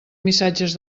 missatges